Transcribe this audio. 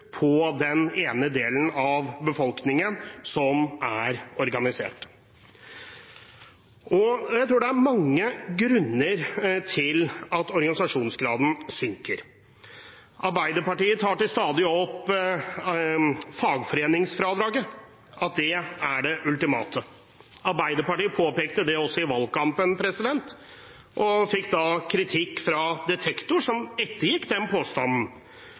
på den delen av befolkningen som er organisert. Jeg tror det er mange grunner til at organisasjonsgraden synker. Arbeiderpartiet tar stadig opp fagforeningsfradraget, at det er det ultimate. Arbeiderpartiet påpekte det også i valgkampen og fikk kritikk fra NRK Detektor, som ettergikk påstanden